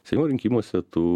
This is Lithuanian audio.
seimo rinkimuose tu